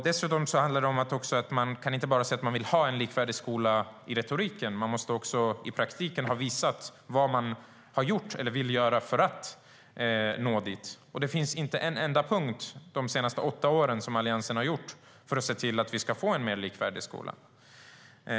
Dessutom räcker det inte med att säga att man vill ha en likvärdig skola. Man måste också visa i praktiken vad man gjort eller vad man vill göra för att nå dit. Det finns inte en enda åtgärd som Alliansen vidtagit de senaste åtta åren för att vi ska få en mer likvärdig skola.